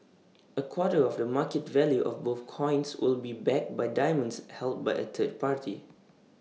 A quarter of the market value of both coins will be backed by diamonds held by A third party